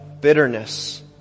bitterness